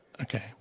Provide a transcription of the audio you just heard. okay